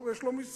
טוב, יש לו משרד.